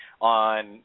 on